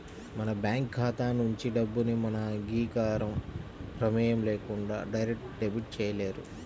మన బ్యేంకు ఖాతా నుంచి డబ్బుని మన అంగీకారం, ప్రమేయం లేకుండా డైరెక్ట్ డెబిట్ చేయలేరు